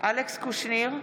אלכס קושניר,